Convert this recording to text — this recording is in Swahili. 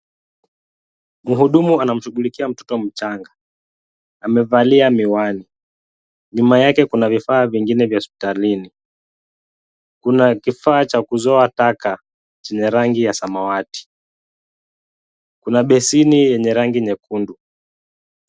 Muhudumu anamshughulikia mtoto mchanga, amevalia miwani. Nyuma yake kuna vifaa vingine vya hospitalini. Kuna kifaa cha kuzoa taka, chenye rangi ya samawati. Kuna besheni yenye rangi nyekundu.